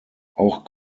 auch